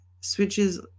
switches